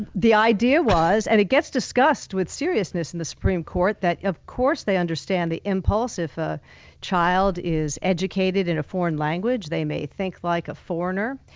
the idea was, and it gets discussed with seriousness in the supreme court, that of course they understand the impulse. if a child is educated in a foreign language, they may think like a foreigner.